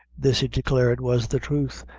this declared was the truth,